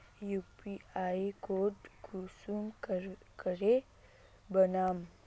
UPI code कुंसम करे बनाम?